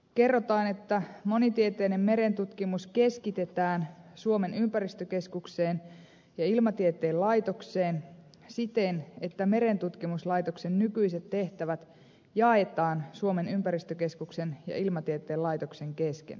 kerrotaan että monitieteinen merentutkimus keskitetään suomen ympäristökeskukseen ja ilmatieteen laitokseen siten että merentutkimuslaitoksen nykyiset tehtävät jaetaan suomen ympäristökeskuksen ja ilmatieteen laitoksen kesken